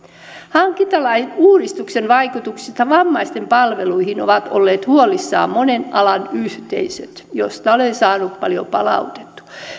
hankintalain uudistuksen vaikutuksista vammaisten palveluihin ovat olleet huolissaan monet alan yhteisöt joista olen saanut paljon palautetta